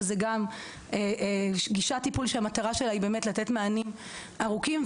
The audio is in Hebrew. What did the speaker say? שזו גישת טיפול שהמטרה שלה לתת מענים ארוכים,